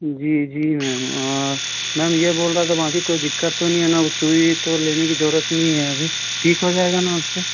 जी जी ma'am ma'am यह बोल रहा था बाकी कोई दिक्कत तो नहीं है सुई तो लेने कि ज़रूरत नहीं है अभी ठीक हो जाएगा न उससे